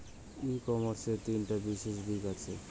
ই কমার্সের তিনটা বিশেষ দিক আছে